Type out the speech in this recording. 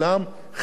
חד-משמעית.